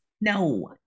no